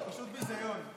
זה פשוט ביזיון.